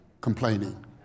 complaining